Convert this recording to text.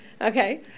Okay